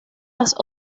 las